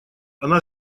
она